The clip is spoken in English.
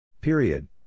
Period